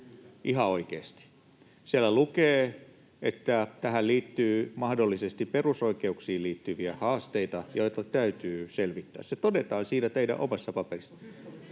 ihan oikeasti. Siellä lukee, että tähän liittyy mahdollisesti perusoikeuksiin liittyviä haasteita, joita täytyy selvittää — se todetaan siinä teidän omassa paperissanne.